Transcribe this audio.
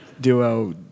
duo